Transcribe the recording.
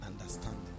understanding